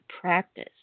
practice